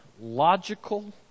logical